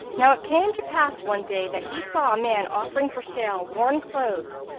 now it came to pass one day that he saw a man offering for sale worn clothes,